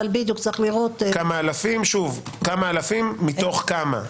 אבל צריך לראות --- כמה אלפים מתוך כמה?